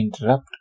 interrupt